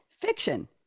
Fiction